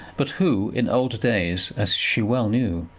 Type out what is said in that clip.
but who in old days, as she well knew,